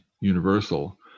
universal